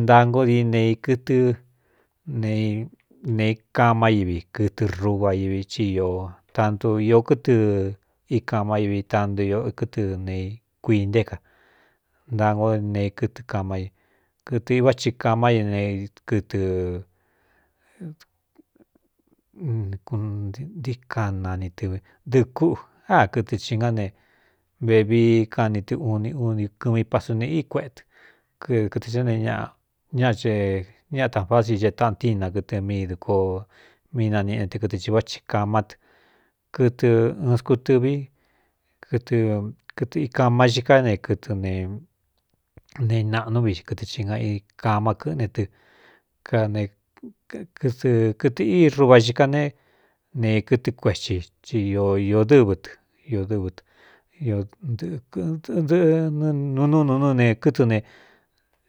Ntaa ngó dii neī kɨtɨ n nei kamá ívi kɨtɨ ruva íví i tantu īō kɨtɨ íkamá ívi tanto kɨtɨ ne kui nté ka ntaa ngó d ne kɨɨ kamá í kɨtɨ iꞌvá thi kamá ine kɨtɨnntíkanani ɨvi dɨꞌɨ kúꞌu á kɨtɨ cī gá ne vevi kan ni tɨ un uni kɨmi pasu ne í kueꞌetɨ kɨtɨ á ne ñꞌ ña e ñitan fáꞌ si ce taꞌntína kɨtɨ mídikoo mí naniꞌene tɨ kɨtɨ ī vá thi kamá tɨ kɨtɨ ɨɨn skutɨvi kɨɨkɨtɨ ikama xi ká ne kɨtɨ n neināꞌnú viꞌ xi kɨtɨ xhi ga i kāmá kɨ́ꞌne tɨ kanekɨɨ kɨtɨ̄ í ruva xi ká ne nee kɨtɨ kuethi i dɨ́vɨ ɨ dɨ́vɨ ɨ nɨdɨꞌɨɨnu nú n nú ne kɨtɨ ne